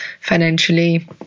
financially